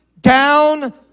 down